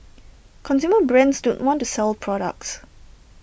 consumer brands don't want to sell products